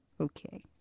Okay